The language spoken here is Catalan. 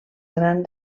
gran